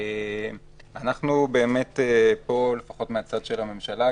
אנחנו באמת פה לפחות מהצד של הממשלה,